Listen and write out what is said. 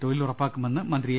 തൊഴിൽ ഉറപ്പാക്കുമെന്ന് മന്ത്രി എ